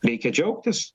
reikia džiaugtis